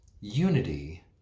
unity